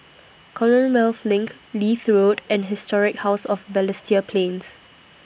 Commonwealth LINK Leith Road and Historic House of Balestier Plains